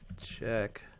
check